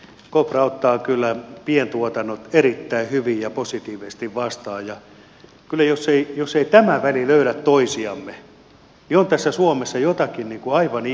kopra ottaa kyllä pientuotannot erittäin hyvin ja positiivisesti vastaan ja kyllä jos me emme tällä välillä löydä toisiamme niin on tässä suomessa jotakin aivan ihmeellistä